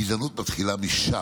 הגזענות מתחילה משם,